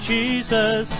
Jesus